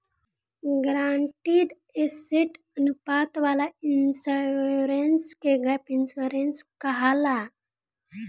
guaranteed asset अनुपात वाला insurance के गैप इंश्योरेंस कहाला